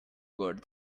got